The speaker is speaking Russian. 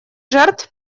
жертв